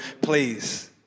please